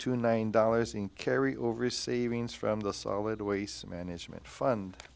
two nine dollars in carry over savings from the solid waste management fund